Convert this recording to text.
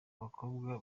abakobwa